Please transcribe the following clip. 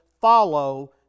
follow